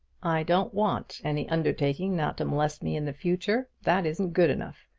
i don't want any undertaking not to molest me in the future. that isn't good enough.